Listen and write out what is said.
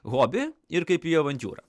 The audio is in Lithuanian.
hobį ir kaip į avantiūrą